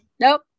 nope